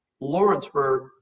Lawrenceburg